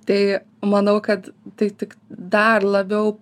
tai manau kad tai tik dar labiau